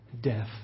death